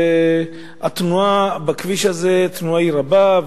התנועה בו רבה,